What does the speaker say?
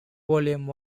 volume